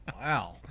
wow